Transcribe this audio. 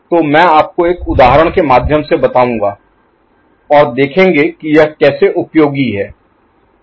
तो मैं आपको एक उदाहरण के माध्यम से बताऊंगा और देखेंगे कि यह कैसे उपयोगी है